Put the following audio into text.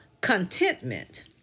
contentment